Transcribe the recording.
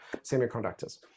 semiconductors